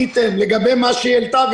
לגבי מה שהיא העלתה,